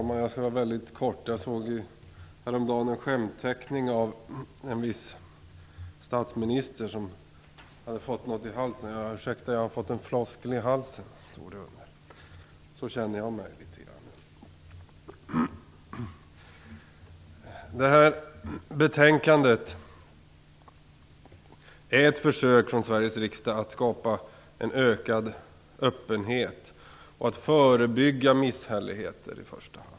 Fru talman! Jag såg häromdagen en skämtteckning, föreställande en viss statsminister som hade fått något i halsen. Ursäkta, jag har fått en floskel i halsen, stod det under teckningen. Jag känner mig litet grand på samma sätt nu. Detta betänkande är ett försök från Sveriges riksdag att skapa en ökad öppenhet och att förebygga misshälligheter i första hand.